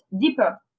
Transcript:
deeper